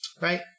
right